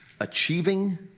achieving